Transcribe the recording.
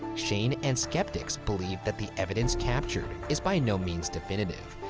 shane and skeptics believe that the evidence captured is by no means definitive,